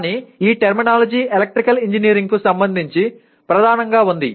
కానీ ఈ terminology electrical ఇంజనీరింగ్కు సంబంధించి ప్రధానంగా ఉంది